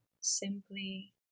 simply